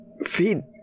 Feed